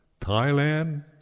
Thailand